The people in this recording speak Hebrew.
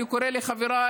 אני קורא לחבריי,